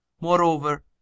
Moreover